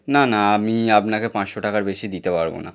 না না আমি আপনাকে পাঁচশো টাকার বেশি দিতে পারব না